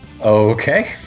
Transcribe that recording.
Okay